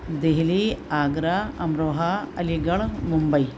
Delhi Agra Amroha Aligarh Mumbai